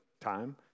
time